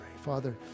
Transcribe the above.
Father